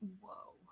Whoa